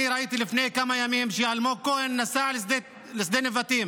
אני ראיתי לפני כמה ימים שאלמוג כהן נסע לשדה נבטים